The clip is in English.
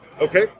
Okay